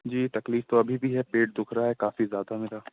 جی تکلیف تو ابھی بھی ہے پیٹ دکھ رہا ہے کافی زیادہ میرا